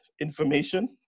information